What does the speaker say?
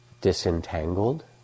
disentangled